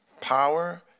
power